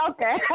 Okay